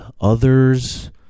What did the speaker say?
others